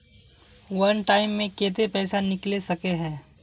वन time मैं केते पैसा निकले सके है?